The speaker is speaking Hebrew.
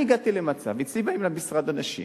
אני הגעתי למצב, אצלי באים למשרד אנשים